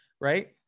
Right